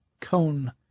cone